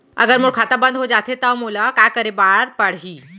अगर मोर खाता बन्द हो जाथे त मोला का करे बार पड़हि?